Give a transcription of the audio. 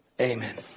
Amen